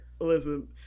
listen